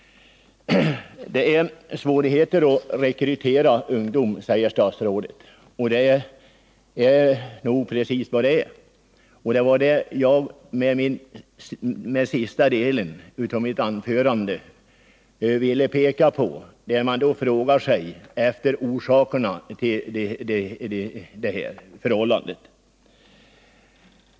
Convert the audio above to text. Det är svårt att rekrytera ungdom, säger statsrådet, och det är nog precis vad det är. Det var detta jag med den sista delen av mitt anförande ville peka på. Man frågar sig vilka orsakerna är till detta förhållande.